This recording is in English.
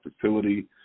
facility